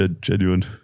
genuine